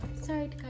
sorry